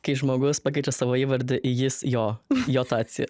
kai žmogus pakeičia savo įvardį jis jo jotacija